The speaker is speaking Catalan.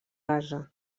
base